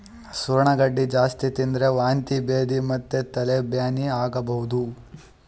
ಸೂರಣ ಗಡ್ಡಿ ಜಾಸ್ತಿ ತಿಂದ್ರ್ ವಾಂತಿ ಭೇದಿ ಮತ್ತ್ ತಲಿ ಬ್ಯಾನಿ ಆಗಬಹುದ್